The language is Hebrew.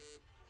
המיסים.